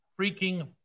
freaking